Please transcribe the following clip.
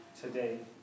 today